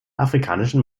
afrikanischen